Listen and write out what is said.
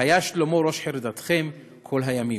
והיה שלומו ראש חרדתכם כל הימים".